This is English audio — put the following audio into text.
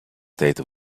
state